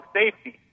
safety